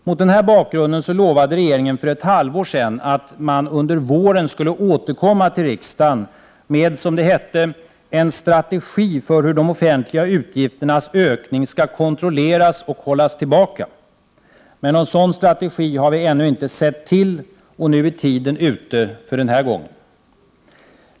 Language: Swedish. Mot den här bakgrunden lovade regeringen för ett halvår sedan att man under våren skulle återkomma till riksdagen med, som det hette, en ”strategi för hur de offentliga utgifternas ökning skall kontrolleras och hållas tillbaka”. Någon sådan strategi har vi ännu inte sett till, och nu är tiden ute för den här gången.